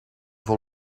vol